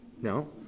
no